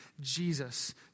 Jesus